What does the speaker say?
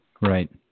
right